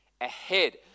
ahead